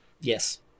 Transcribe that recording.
Yes